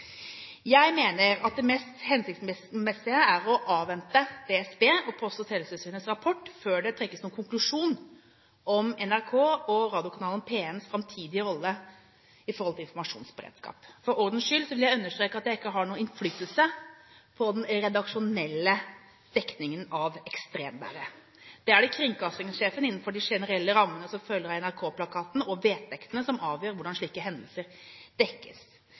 Jeg mener at det mest hensiktsmessige er å avvente DSB og Post- og teletilsynets rapport før det trekkes noen konklusjon om NRK og radiokanalen P1s framtidige rolle i informasjonsberedskapen. For ordens skyld vil jeg understreke at jeg ikke har noen innflytelse på den redaksjonelle dekningen av ekstremværet. Det er kringkastingssjefen som, innenfor de generelle rammene som følger av NRK-plakaten og vedtektene, avgjør hvordan slike hendelser dekkes.